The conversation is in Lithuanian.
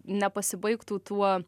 nepasibaigtų tuo